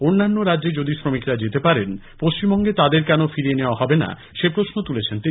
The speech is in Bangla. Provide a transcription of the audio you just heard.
অন্যান্য রাজ্যে যদি শ্রমিকরা যেতে পারেন পশ্চিমবঙ্গে তাদের কেন ফিরিয়ে নেওয়া হবে না সে প্রশ্নও তোলেন তিনি